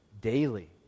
daily